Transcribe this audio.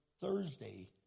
Thursday